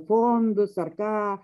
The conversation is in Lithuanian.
fondus ar ką